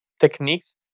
techniques